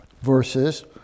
verses